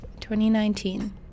2019